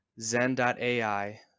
Zen.ai